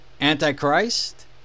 Antichrist